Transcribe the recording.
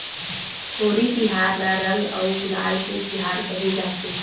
होरी तिहार ल रंग अउ गुलाल के तिहार केहे जाथे